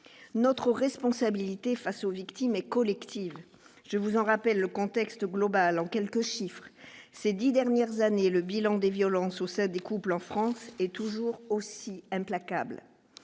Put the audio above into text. notre responsabilité face aux victimes et collective, je vous en rappelle le contexte global en quelques chiffres, ces 10 dernières années, le bilan des violences au sein des couples en France est toujours aussi implacable